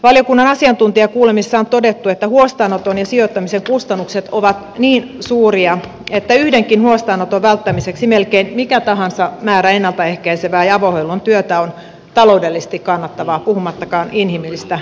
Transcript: valiokunnan asiantuntijakuulemisessa on todettu että huostaanoton ja sijoittamisen kustannukset ovat niin suuria että yhdenkin huostaanoton välttämiseksi melkein mikä tahansa määrä ennalta ehkäisevää ja avohuollon työtä on taloudellisesti kannattavaa puhumattakaan inhimillisistä näkökohdista